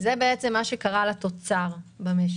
זה מה שקרה לתוצר במשק.